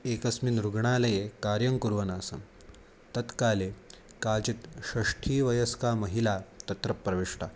एकस्मिन् रुग्णालये कार्यं कुर्वन् आसम् तत्काले काचित् षष्ठी वयस्का महिला तत्र प्रविष्टा